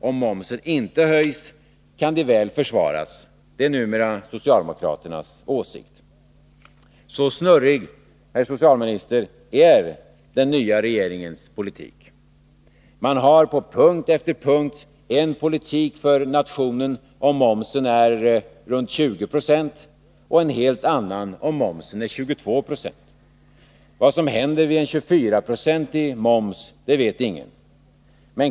Om momsen inte höjs, kan de väl försvaras — det är numera socialdemokraternas åsikt. Så snurrig är den nya regeringens politik, herr socialminister. Man har på punkt efter punkt en politik för nationen om momsen är runt 20 90 och en helt annan om momsen är 22 Zo. Vad som händer vid en 24-procentig moms vet ingen.